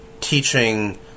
teaching